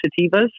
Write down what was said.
sativas